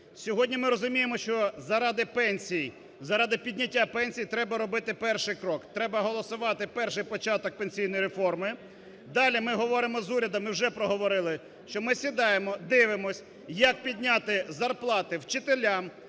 Сьогодні ми розуміємо, що заради пенсій, заради підняття пенсій треба робити перший крок, треба голосувати перший початок пенсійної реформи. Далі ми говоримо з урядом і вже проговорили, що ми сідаємо, дивимось, як підняти зарплати вчителям,